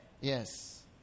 Yes